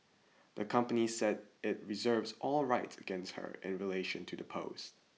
the company said it reserves all rights against her in relation to the post